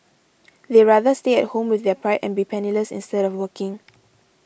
they rather stay at home with their pride and be penniless instead of working